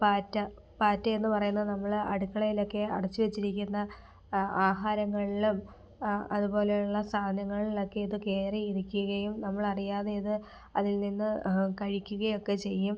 പാറ്റ പാറ്റയെന്നു പറയുന്നത് നമ്മള് അടുക്കളയിലൊക്കെ അടച്ചു വച്ചിരിക്കുന്ന ആഹാരങ്ങളിലും അതുപോലെയുള്ള സാധനങ്ങളിലൊക്കെ ഇതു കയറി ഇരിക്കുകയും നമ്മളറിയാതെ ഇത് അതിൽ നിന്ന് കഴിക്കുകയൊക്കെ ചെയ്യും